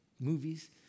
movies